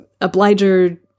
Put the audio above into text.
obliger